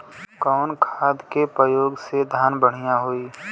कवन खाद के पयोग से धान बढ़िया होई?